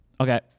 Okay